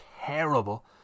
terrible